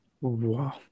Wow